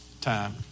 time